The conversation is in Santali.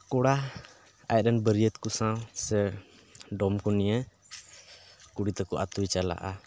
ᱠᱚᱲᱟ ᱟᱡ ᱨᱮᱱ ᱵᱟᱹᱨᱭᱟᱹᱛ ᱠᱚ ᱥᱟᱶ ᱥᱮ ᱰᱚᱢ ᱠᱚ ᱱᱤᱭᱟᱹ ᱠᱩᱲᱤ ᱛᱟᱠᱚ ᱟᱹᱛᱩᱭ ᱪᱟᱞᱟᱜᱼᱟ